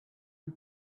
and